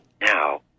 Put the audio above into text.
Now